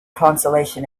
consolation